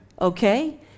okay